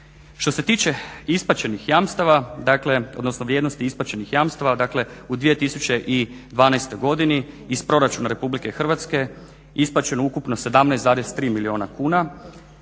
Što se tiče vrijednosti isplaćenih jamstava, u 2012. godini iz proračuna Republike Hrvatske isplaćeno je ukupno 17,3 milijuna kuna